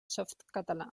softcatalà